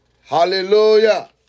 Hallelujah